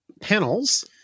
panels